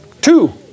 Two